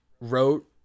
wrote